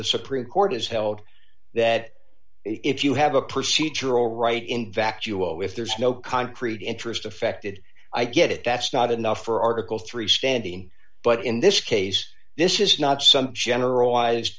the supreme court has held that if you have a procedural right in vacuo if there's no concrete interest affected i get it that's not enough for article three standing but in this case this is not some generalized